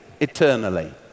eternally